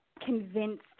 convinced